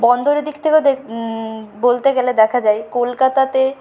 বন্দরের দিক থেকেও দেখ বলতে গেলে দেখা যায় কলকাতাতে